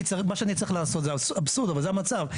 מה שאני צריך לעשות זה אבסורד אבל זה המצב.